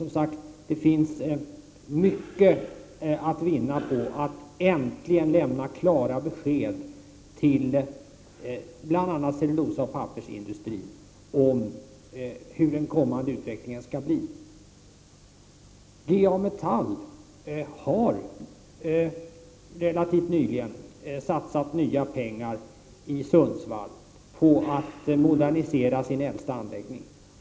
Men det finns, som sagt, mycket att vinna på att äntligen lämna klara besked till bl.a. cellulosaoch pappersindustrin om hurdan den kommande utvecklingen skall bli. G A Metall har relativt nyligen satsat ytterligare pengar i Sundsvall på att modernisera sin äldsta anläggning.